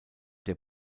der